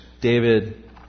David